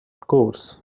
course